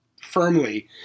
firmly